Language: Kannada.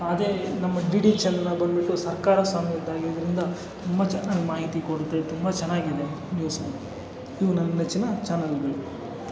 ಅದೇ ನಮ್ಮ ಡಿ ಡಿ ಚಾನೆಲ್ಗಳು ಬಂದ್ಬಿಟ್ಟು ಸರ್ಕಾರ ಸಂಯುಕ್ತ ಆಗಿರೋದ್ರಿಂದ ತುಂಬ ಚೆನ್ನಾಗಿ ಮಾಹಿತಿ ಕೊಡುತ್ತೆ ತುಂಬ ಚೆನ್ನಾಗಿದೆ ನ್ಯೂಸ್ಲ್ಲಿ ಇವು ನನ್ನ ನೆಚ್ಚಿನ ಚಾನಲ್ಗಳು